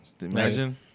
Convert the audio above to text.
Imagine